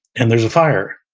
and there's a fire,